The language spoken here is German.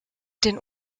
den